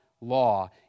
law